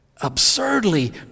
absurdly